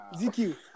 ZQ